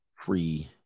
free